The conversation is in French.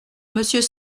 monsieur